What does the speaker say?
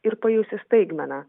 ir pajusi staigmeną